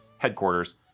headquarters